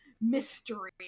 mystery